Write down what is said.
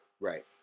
right